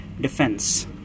defense